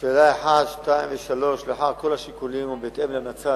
1 3. לאחר כל השיקולים ובהתאם להמלצת